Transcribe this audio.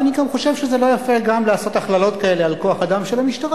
ואני גם חושב שזה לא יפה לעשות הכללות כאלה על כוח-אדם של המשטרה.